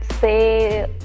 say